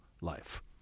life